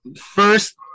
first